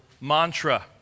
mantra